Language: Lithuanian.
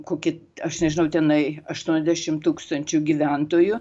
kokį aš nežinau tenai aštuoniasdešim tūkstančių gyventojų